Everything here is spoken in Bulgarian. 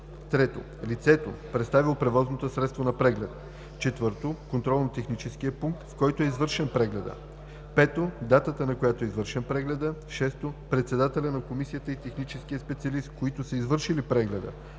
3. лицето, представило превозното средство на преглед; 4. контролно-техническия пункт, в който е извършен прегледа; 5. датата, на която е извършен прегледа; 6. председателя на комисията и техническия специалист, които са извършили прегледа;